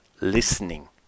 listening